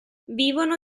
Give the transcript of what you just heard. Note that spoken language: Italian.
vivono